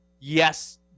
yes